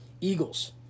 Eagles